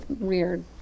weird